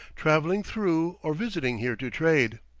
travelling through, or visiting here to trade.